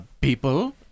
people